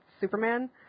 Superman